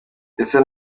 ndetse